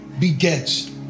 Begets